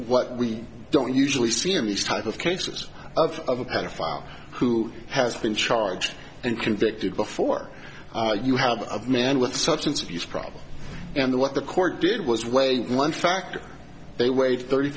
what we don't usually see in these type of cases of a pedophile who has been charged and convicted before you have a man with substance abuse problem and the what the court did was weigh one factor they weighed thirty